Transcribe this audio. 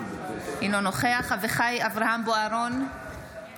אינו נוכח אביחי אברהם בוארון,